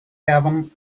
kevin